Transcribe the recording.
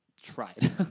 tried